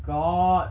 got